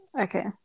Okay